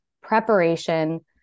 preparation